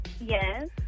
Yes